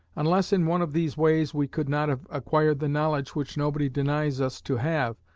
unless in one of these ways, we could not have acquired the knowledge, which nobody denies us to have,